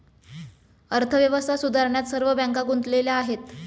अर्थव्यवस्था सुधारण्यात सर्व बँका गुंतलेल्या आहेत